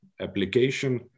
application